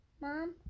Mom